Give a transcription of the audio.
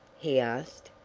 he asked.